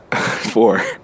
Four